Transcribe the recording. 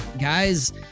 guys